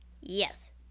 Yes